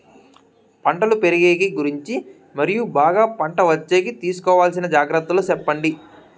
పంటలు పెరిగేకి గురించి మరియు బాగా పంట వచ్చేకి తీసుకోవాల్సిన జాగ్రత్త లు సెప్పండి?